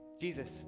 Jesus